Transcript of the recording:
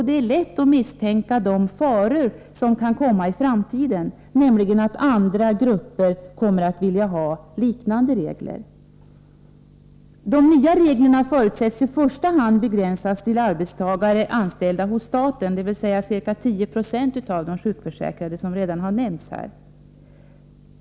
Det är lätt att misstänka vilka faror som kan komma i framtiden, nämligen att andra grupper kommer att vilja ha liknande regler. De nya reglerna förutsätts i första hand vara begränsade till att gälla arbetstagare anställda hos staten, dvs. ca 10 96 av de sjukförsäkrade, vilket redan har nämnts här.